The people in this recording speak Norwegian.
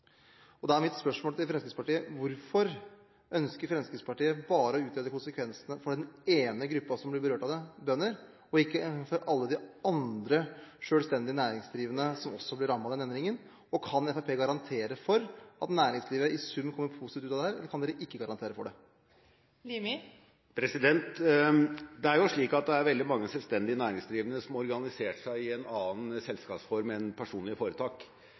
det. Da er mitt spørsmål til Fremskrittspartiet: Hvorfor ønsker Fremskrittspartiet bare å utrede konsekvensene for den ene gruppen som blir berørt av det, bønder, og ikke for alle de andre selvstendige næringsdrivende som også blir rammet av den endringen? Kan Fremskrittspartiet garantere at næringslivet i sum kommer positivt ut av det, eller kan dere ikke garantere det? Det er veldig mange selvstendig næringsdrivende som har organisert seg i en annen selskapsform enn personlige foretak.